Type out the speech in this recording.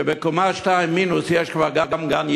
שבקומה מינוס 2 יש כבר גם גן-ילדים.